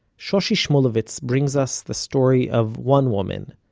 shoshi shmuluvitz brings us the story of one woman,